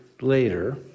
later